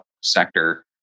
sector